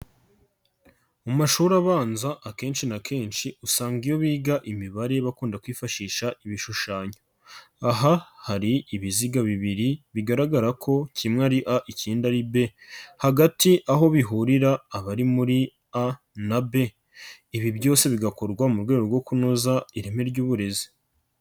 Mu mashuri abanza akenshi na kenshi usanga iyo biga imibare bakunda kwifashisha ibishushanyo. Aha hari ibiziga bibiri bigaragara ko kimwe ari ikindi ari b, hagati aho bihurira abari muri a na b. Ibi byose bigakorwa mu rwego rwo kunoza ireme ry'uburezi.